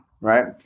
Right